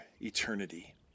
eternity